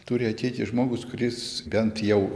turi ateiti žmogus kuris bent jau